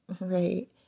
right